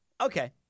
Okay